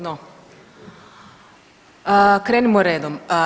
No, krenimo redom.